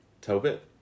Tobit